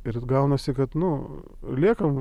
ir taip gaunasi kad nu liekam